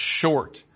short